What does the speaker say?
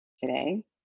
today